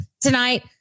tonight